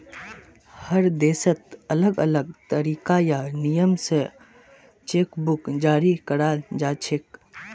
हर देशत अलग अलग तरीका या नियम स चेक बुक जारी कराल जाछेक